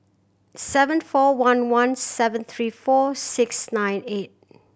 seven four one one seven three four six nine eight